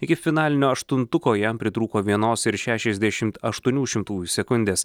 iki finalinio aštuntuko jam pritrūko vienos ir šešiasdešimt aštuonių šimtųjų sekundės